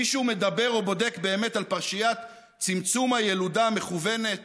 מישהו מדבר או בודק באמת את פרשיית צמצום הילודה המכוונת